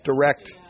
direct